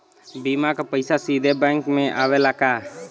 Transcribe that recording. बीमा क पैसा सीधे बैंक में आवेला का?